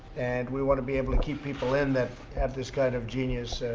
and we want to be able to keep people in that have this kind of genius.